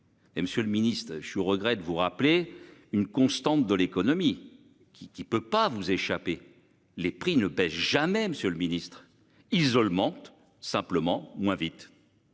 Monsieur le Ministre, je suis au regret de vous rappeler une constante de l'économie qui qui peut pas vous échapper, les prix ne baissent jamais Monsieur le Ministre isolement simplement moins vite.